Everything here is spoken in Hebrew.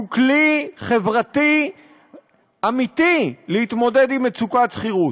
שהוא כלי חברתי אמיתי להתמודדות עם מצוקת שכירות,